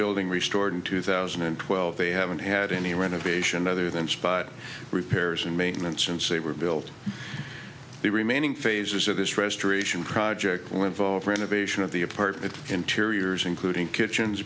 bill re stored in two thousand and twelve they haven't had any renovation other than spot repairs and maintenance and say were built the remaining phases of this restoration project will involve renovation of the apartment interiors including kitchens